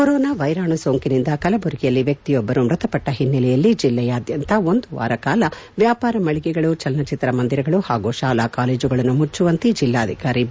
corona ವೈರಾಣು ಸೋಂಕಿನಿಂದ ಕಲಬುರಗಿಯಲ್ಲಿ ವ್ಯಕ್ತಿಯೊಬ್ಬರು ಮೃತಪಟ್ಟ ಹಿನ್ನೆಲೆಯಲ್ಲಿ ಜಿಲ್ಲೆಯಾದ್ಯಂತ ಒಂದು ವಾರಗಳ ಕಾಲ ವ್ಯಾಪಾರ ಮಳಿಗೆಗಳು ಚಲನಚಿತ್ರ ಮಂದಿರಗಳು ಪಾಗೂ ಶಾಲಾ ಕಾಲೇಜುಗಳನ್ನು ಮುಚ್ಚುವಂತೆ ಜಿಲ್ಲಾಧಿಕಾರಿ ಬಿ